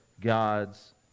God's